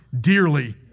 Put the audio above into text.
dearly